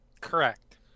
Correct